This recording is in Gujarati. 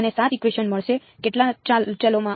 મને 7 ઇકવેશન મળશે કેટલા ચલોમાં